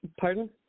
pardon